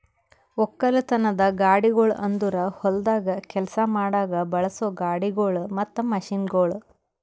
ಒಕ್ಕಲತನದ ಗಾಡಿಗೊಳ್ ಅಂದುರ್ ಹೊಲ್ದಾಗ್ ಕೆಲಸ ಮಾಡಾಗ್ ಬಳಸೋ ಗಾಡಿಗೊಳ್ ಮತ್ತ ಮಷೀನ್ಗೊಳ್